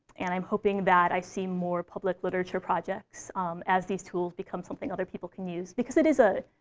and i'm hoping that i see more public literature projects as these tools become something other people can use. because it is a